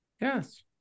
yes